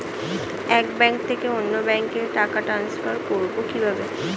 এক ব্যাংক থেকে অন্য ব্যাংকে টাকা ট্রান্সফার করবো কিভাবে?